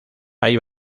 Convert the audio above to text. hay